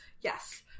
Yes